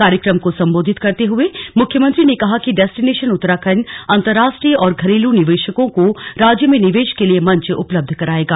कार्यक्रम को संबोधित करते हुए मुख्यमंत्री ने कहा कि डेस्टीनेशन उत्तराखण्ड अंतरराष्ट्रीय और घरेलू निवेशकों को राज्य में निवेश के लिए मंच उपलब्ध कराएगा